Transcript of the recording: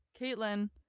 Caitlin